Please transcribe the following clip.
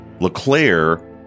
LeClaire